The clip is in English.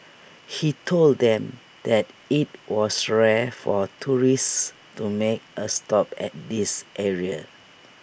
he told them that IT was rare for tourists to make A stop at this area